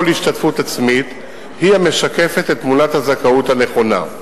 השתתפות עצמית משקפת את תמונת הזכאות הנכונה.